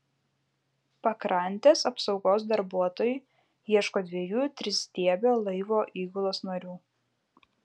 pakrantės apsaugos darbuotojai ieško dviejų tristiebio laivo įgulos narių